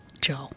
joe